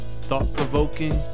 thought-provoking